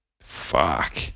Fuck